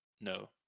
no